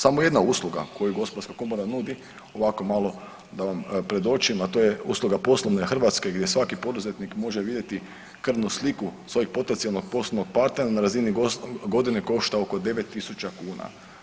Samo jedna usluga koju gospodarska komora nudi ovako malo da vam predočim, a to je usluga poslovne Hrvatske gdje svaki poduzetnik može vidjeti krvnu sliku svojeg potencijalno poslovnog partnera na razini godine košta oko 9.000 kuna.